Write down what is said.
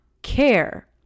care